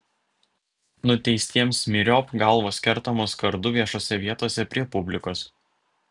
nuteistiems myriop galvos kertamos kardu viešose vietose prie publikos